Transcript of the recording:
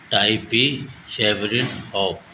ٹائپی شیورن اوپ